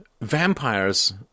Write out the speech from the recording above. vampires